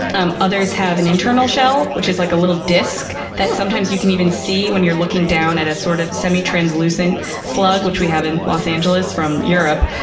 um others have an internal shell which is like a little disc that sometimes you can even see when you're looking down at a sort of semi-translucent slug, which we have in los angeles from europe.